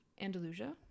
Andalusia